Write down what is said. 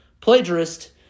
plagiarist